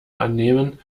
annehmen